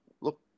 Look